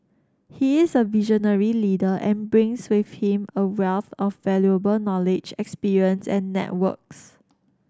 he is a visionary leader and brings with him a wealth of valuable knowledge experience and networks